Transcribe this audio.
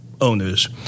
owners